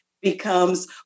becomes